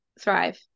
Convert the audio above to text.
thrive